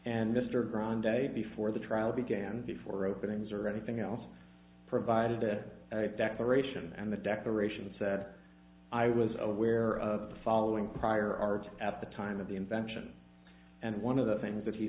and mr grand day before the trial began before openings or anything else provided a declaration and the declaration said i was aware of the following prior art at the time of the invention and one of the things that he